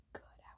good